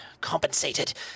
Compensated